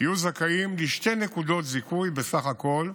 יהיו זכאים לשתי נקודות זיכוי בסך הכול,